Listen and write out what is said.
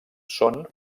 són